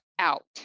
out